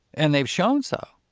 and they've shown so.